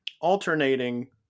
alternating